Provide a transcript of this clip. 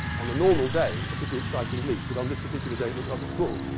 on a normal day a pretty exciting leak. but on this particular day it looked rather small.